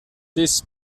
this